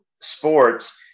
sports